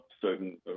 certain